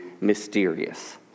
mysterious